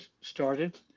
started